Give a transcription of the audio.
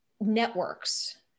networks